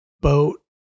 boat